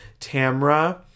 Tamra